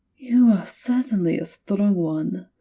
you are certainly a strong one.